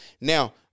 now